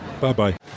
Bye-bye